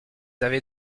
avez